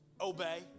obey